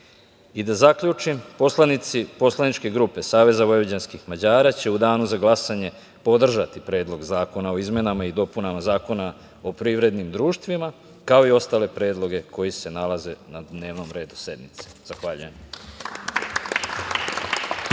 zaključim, poslanici poslaničke grupe Savez vojvođanskih Mađara će u danu za glasanje podržati Predlog zakona o izmenama i dopunama Zakona o privrednim društvima, kao i ostale predloge koji se nalaze na dnevnom redu sednice. Zahvaljujem.